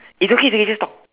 it's okay they can just talk